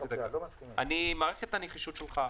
אני מעריך את הנחישות שלך,